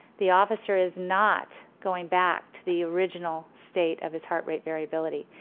the officer is not going back to the original state of his heart rate variability.